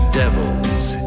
devil's